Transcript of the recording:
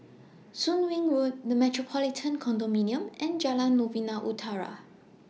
Soon Wing Road The Metropolitan Condominium and Jalan Novena Utara